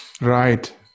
right